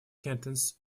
cantons